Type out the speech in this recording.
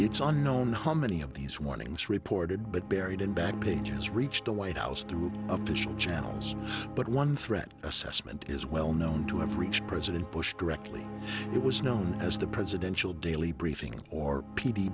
it's unknown how many of these warnings reported but buried in back pages reached the white house through official channels but one threat assessment is well known to have reached president bush directly it was known as the presidential daily briefing or p